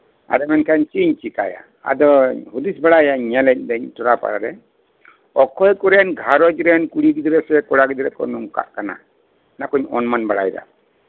ᱟᱫᱚ ᱢᱮᱱᱠᱷᱟᱱ ᱪᱮᱫ ᱤᱧ ᱪᱤᱠᱟᱹᱭᱟ ᱟᱫᱚ ᱦᱩᱫᱤᱥ ᱵᱟᱲᱟᱭᱟ ᱧᱮᱞᱟᱹᱧ ᱴᱚᱞᱟ ᱯᱟᱲᱟᱨᱮ ᱚᱠᱚᱭ ᱠᱚᱨᱮᱜ ᱜᱷᱟᱸᱨᱚᱧᱡᱽ ᱨᱮᱱ ᱠᱩᱲᱤ ᱜᱤᱫᱽᱨᱟᱹ ᱥᱮ ᱠᱚᱲᱟ ᱜᱤᱫᱽᱨᱟᱹ ᱠᱚ ᱱᱚᱝᱠᱟᱜ ᱠᱟᱱᱟ ᱚᱱᱟ ᱠᱚᱧ ᱚᱱᱢᱟᱱ ᱵᱟᱲᱟᱭᱮᱫᱟ